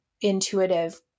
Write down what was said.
intuitive